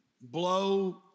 blow